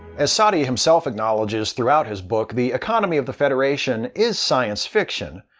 as saadia himself acknowledges throughout his book, the economy of the federation is science fiction.